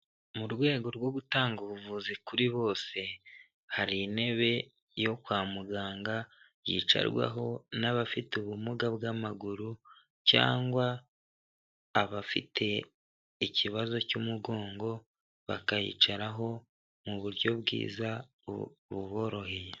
Mu rwego rwo gutanga ubuvuzi kuri bose, hari intebe yo kwa muganga yicarwaho n'abafite ubumuga bw'amaguru cyangwa abafite ikibazo cy'umugongo, bakayicaraho mu buryo bwiza buboroheye.